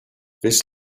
this